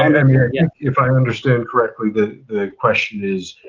and um you know yeah if i understand correctly, the question is,